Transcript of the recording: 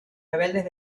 rebeldes